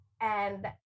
and-